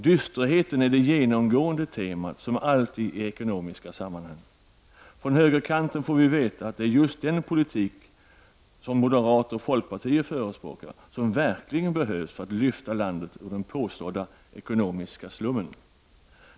Dysterheten är det genomgående temat, som alltid i ekonomiska sammanhang. Från högerkanten får vi veta att det är just den politik som moderater och folkpartister förespråkar som verkligen behövs för att lyfta landet ur den påstådda ”ekonomiska slummen”.